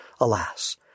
Alas